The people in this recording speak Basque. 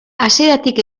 hasieratik